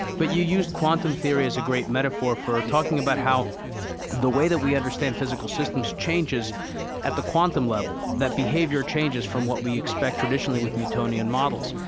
but you used quantum theory as a great metaphor for talking about how the way that we understand physical systems changes at the quantum level that behavior changes from what we expect traditionally with newtonian models.